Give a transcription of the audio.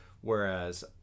whereas